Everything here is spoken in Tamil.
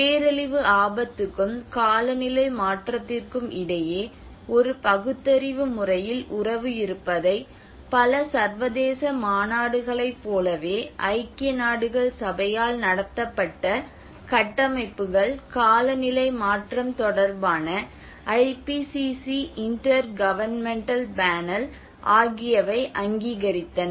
பேரழிவு ஆபத்துக்கும் காலநிலை மாற்றத்திற்கும் இடையே ஒரு பகுத்தறிவு முறையில் உறவு இருப்பதை பல சர்வதேச மாநாடுகளைப் போலவே ஐக்கிய நாடுகள் சபையால் நடத்தப்பட்ட கட்டமைப்புகள் காலநிலை மாற்றம் தொடர்பான ஐபிசிசி இன்டர் கவர்னமென்டல் பேனல் ஆகியவை அங்கீகரித்தன